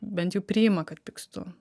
bent jau priima kad pykstu